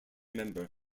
member